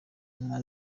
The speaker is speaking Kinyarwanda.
inka